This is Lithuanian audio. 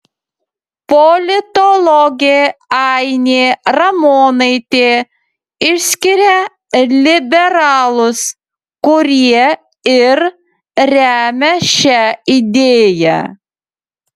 politologė ainė ramonaitė išskiria liberalus kurie ir remia šią idėją